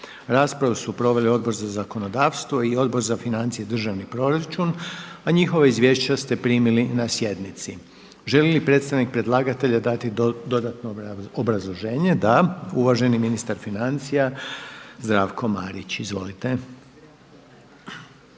Raspravu su proveli Odbor za zakonodavstvo i Odbor za financije i državni proračun a njihova izvješća ste primili na sjednici. Želi li predstavnik predlagatelja dati dodatno obrazloženje? Da. Uvaženi ministar financija Zdravko Marić. Izvolite.